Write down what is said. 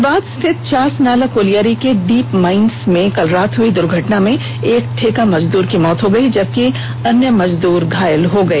धनबाद स्थित चासनाला कोलियरी के deep mines में बीती रात हुई दुर्घटना में एक ठेका मजदूर की मौत हो गई जबकि अन्य मजदूर घायल हो गए